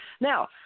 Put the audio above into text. Now